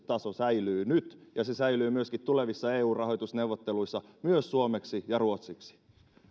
taso säilyy nyt ja se säilyy myöskin tulevissa eu rahoitusneuvotteluissa myös suomeksi ja ruotsiksi